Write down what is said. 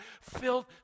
filled